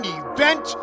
event